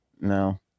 No